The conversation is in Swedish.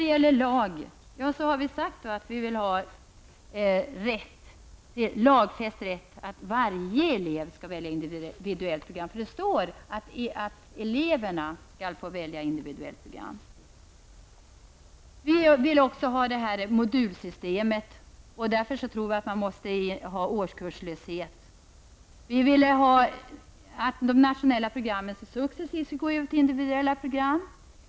Vi har sagt att vi vill att varje elev skall ha lagfäst rätt att välja ett individuellt program. Det står att eleverna skall få välja individuellt program. Vi vill även ha ett modulsystem. Därför tror jag att man måste ha årskurslöshet. Vi vill att de nationella programmen successivt skall övergå till individuella program.